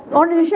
so if